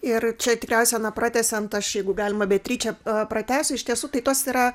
ir čia tikriausiai na pratęsiant aš jeigu galima beatričę pratęsiu iš tiesų tai tos yra